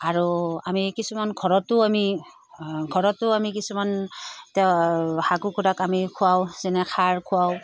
আৰু আমি কিছুমান ঘৰতো আমি ঘৰতো আমি কিছুমান হাঁহ কুকুৰাক আমি খুৱাওঁ যেনে সাৰ খুৱাওঁ